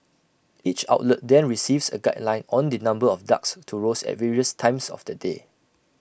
each outlet then receives A guideline on the number of ducks to roast at various times of the day